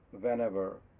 whenever